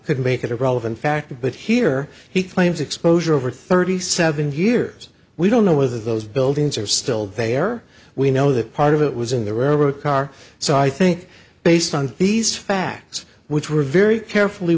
could make it relevant factor but here he claims exposure over thirty seven years we don't know whether those buildings are still there we know that part of it was in the railroad car so i think based on these facts which were very carefully